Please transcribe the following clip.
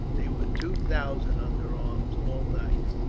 there were two thousand under arms all night.